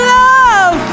love